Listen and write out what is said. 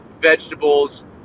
vegetables